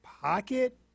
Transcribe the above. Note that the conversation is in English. pocket